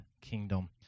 kingdom